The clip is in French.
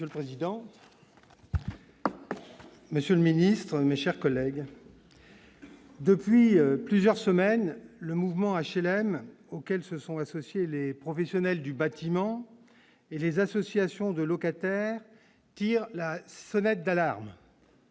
Monsieur le président. Monsieur le Ministre, mes chers collègues. Depuis plusieurs semaines, le mouvement HLM auquel se sont associés les professionnels du bâtiment et les associations de locataires, tire la sonnette d'alarme